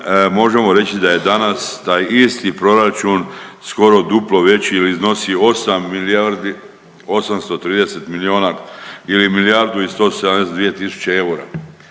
možemo reći da je danas taj isti proračun skoro duplo veći i iznosi 8 milijardi 830 milijuna ili milijardu i 172 tisuće eura.